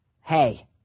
hey